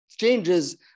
changes